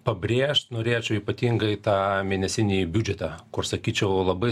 pabrėžt norėčiau ypatingai tą mėnesinį biudžetą kur sakyčiau labai